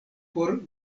por